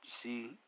see